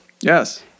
Yes